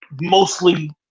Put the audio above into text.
mostly